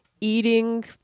eating